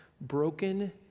broken